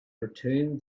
returned